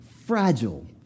fragile